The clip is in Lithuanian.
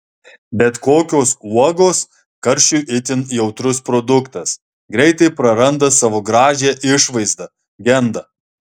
bet kokios uogos karščiui itin jautrus produktas greitai praranda savo gražią išvaizdą genda